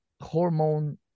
hormone